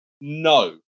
No